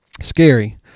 scary